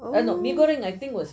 ooh